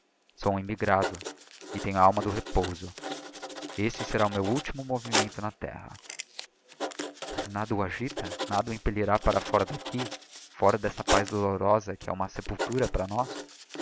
sou um immigrado e tenho a ahna do repouso este será o meu ultimo movimento na terra mas nada o agita nada o impellirá para fora d'aqui fora d'esta paz dolorosa que é uma sepultura para nós